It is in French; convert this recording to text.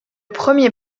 premier